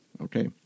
Okay